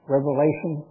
Revelation